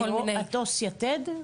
מה, את עו"ס יתד?